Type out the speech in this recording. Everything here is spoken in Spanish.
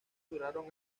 duraron